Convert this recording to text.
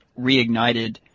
reignited